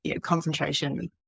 concentration